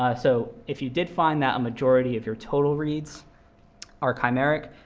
ah so if you did find that a majority of your total reads are chimeric,